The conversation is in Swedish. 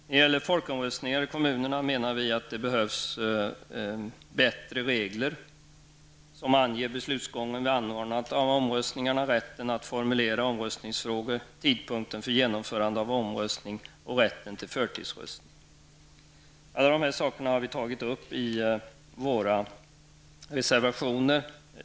När det gäller folkomröstningar i kommunerna menar vi att det behövs bättre regler som anger beslutsgången vid anordnandet av omröstningarna, rätten att formulera omröstningsfrågor, tidpunkten för genomförande av omröstning och rätten till förtidsröstning. Alla de sakerna har vi tagit upp i våra reservationer.